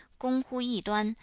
gong hu yi duan,